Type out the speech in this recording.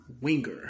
Winger